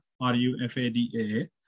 R-U-F-A-D-A